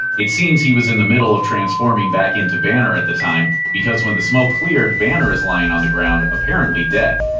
it seems he was in the middle of transforming back into banner at the time, because when the smoke cleared, banner is lying on the ground, apparently dead.